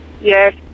Yes